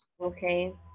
okay